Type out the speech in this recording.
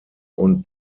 und